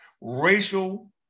racial